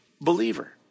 believer